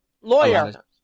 lawyer